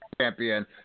Champion